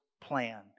plan